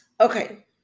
Okay